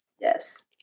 yes